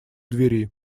двери